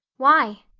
why?